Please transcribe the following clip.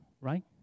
right